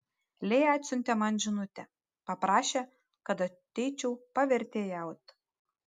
lėja atsiuntė man žinutę paprašė kad ateičiau pavertėjaut